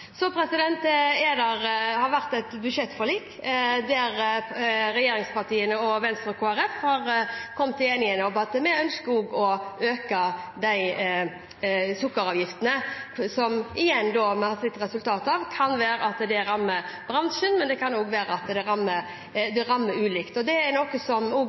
Så har det vært et budsjettforlik der regjeringspartiene og Venstre og Kristelig Folkeparti har kommet til enighet om å øke sukkeravgiftene. Vi har sett at et resultat av det kan være at det rammer bransjen, men det kan også være at det rammer ulikt. Det er finansministerens ansvar å svare på det som angår utgiftene og